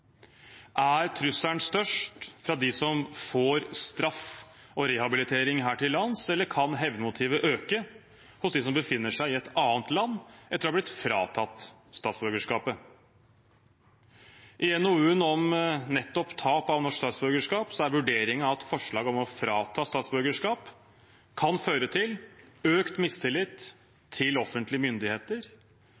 Er trusselen størst fra dem som får straff og rehabilitering her til lands, eller kan hevnmotivet øke hos dem som befinner seg i et annet land etter å ha blitt fratatt statsborgerskapet? I NOU-en om nettopp tap av norsk statsborgerskap er vurderingen at forslag om å frata statsborgerskap kan føre til økt mistillit